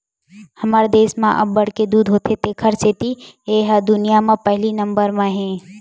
हमर देस म अब्बड़ के दूद होथे तेखर सेती ए ह दुनिया म पहिली नंबर म हे